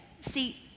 See